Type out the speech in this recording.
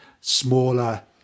smaller